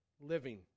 living